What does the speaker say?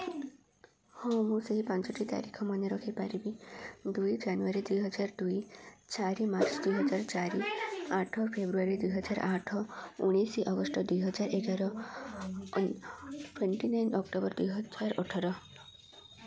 ହଁ ମୁଁ ସେହି ପାଞ୍ଚଟି ତାରିଖ ମନେ ରଖିପାରିବି ଦୁଇ ଜାନୁଆରୀ ଦୁଇହଜାର ଦୁଇ ଚାରି ମାର୍ଚ୍ଚ ଦୁଇହଜାର ଚାରି ଆଠ ଫେବୃଆରୀ ଦୁଇହଜାର ଆଠ ଉଣେଇଶି ଅଗଷ୍ଟ ଦୁଇହଜାର ଏଗାର ଟ୍ୱେଣ୍ଟି ନାଇନ୍ ଅକ୍ଟୋବର ଦୁଇହଜାର ଅଠର